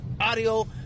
audio